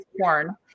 corn